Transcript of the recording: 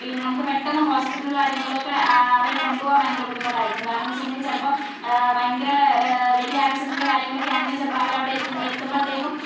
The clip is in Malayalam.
പിന്നെ നമുക്ക് പെട്ടെന്ന് ഹോസ്പിറ്റൽ കാര്യങ്ങളിലൊക്കെ ആ അവരെ കൊണ്ട് പോകാൻ ഭയങ്കര ബുദ്ധിമുട്ടായിരിക്കും കാരണമെന്ന് വെച്ചിട്ടുണ്ടെങ്കിൽ ചിലപ്പോൾ ഭയങ്കര വലിയ ആസിഡൻ്റ് കാര്യങ്ങളൊക്കെ ആണെങ്കിൽ ചിലപ്പോൾ അവർ അവിടെ എത്തു എത്തുമ്പോഴത്തേക്കും